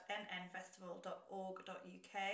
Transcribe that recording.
nnfestival.org.uk